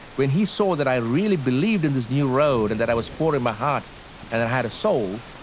when he saw that i really believed in this new road and that i was pouring my heart and i had a soul,